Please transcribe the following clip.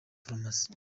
farumasi